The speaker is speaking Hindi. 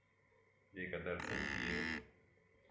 फ्री का दर्शन किए